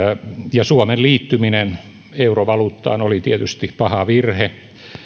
ja suomen liittyminen eurovaluuttaan oli tietysti paha virhe